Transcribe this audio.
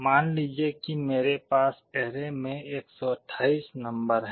मान लीजिए कि मेरे पास ऐरे में 128 नंबर हैं